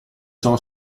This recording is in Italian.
ciò